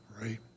Right